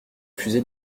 refusé